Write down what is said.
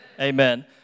Amen